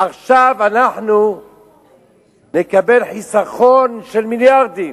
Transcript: עכשיו אנחנו נקבל חיסכון של מיליארדים.